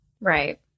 Right